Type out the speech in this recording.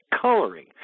coloring